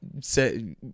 Say